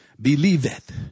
believeth